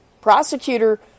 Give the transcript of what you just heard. prosecutor